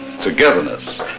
Togetherness